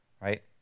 right